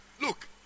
Look